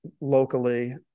locally